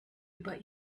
über